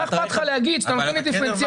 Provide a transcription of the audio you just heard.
מה אכפת לך להגיד שעושים את זה דיפרנציאלי?